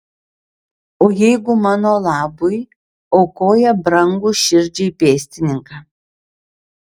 o jeigu mano labui aukoja brangų širdžiai pėstininką